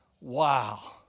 Wow